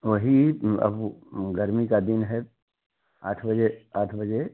वही अब वह गर्मी का दिन है आठ बजे आठ बजे